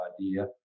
idea